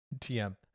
TM